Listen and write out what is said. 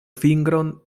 fingron